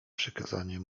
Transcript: przykazanie